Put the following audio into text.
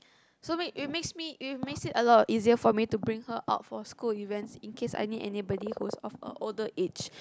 so we it makes me it makes me a lot easier for me to bring her out to school events in case I need to bring someone who's of a older age